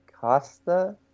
Costa